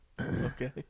Okay